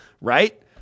right